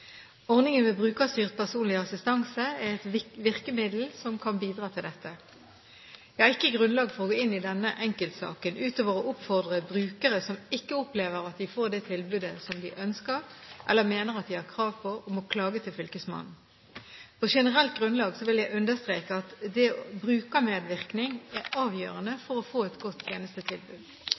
Ordningen med brukerstyrt personlig assistanse er et virkemiddel som kan bidra til dette. Jeg har ikke grunnlag for å gå inn i denne enkeltsaken, utover å oppfordre brukere som ikke opplever at de får det tilbudet som de ønsker, eller mener at de har krav på, om å klage til fylkesmannen. På generelt grunnlag vil jeg understreke at brukermedvirkning er avgjørende for å få et godt tjenestetilbud.